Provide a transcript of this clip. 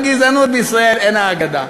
הגזענות בישראל אינה אגדה.